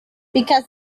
because